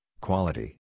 quality